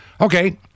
okay